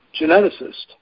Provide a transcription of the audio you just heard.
geneticist